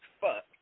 fuck